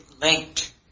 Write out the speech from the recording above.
linked